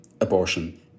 abortion